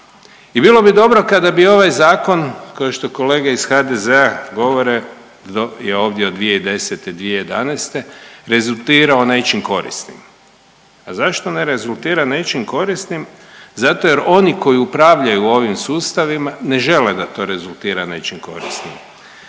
I bilo bi dobro kada bi ovaj zakon kao što i kolege iz HDZ-a govore i ovdje od 2010., 2011. rezultirao nečim korisnim. A zašto ne rezultira nečim korisnim zato jer oni koji upravljaju ovim sustavima ne žele da to rezultira nečim korisnim.